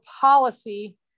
policy